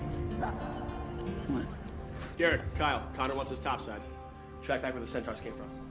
but derek. kyle. connor wants us top-side trackback where the sentars came from.